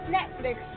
Netflix